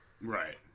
Right